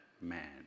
man